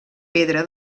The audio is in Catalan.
pedra